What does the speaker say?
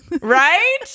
Right